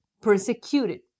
persecuted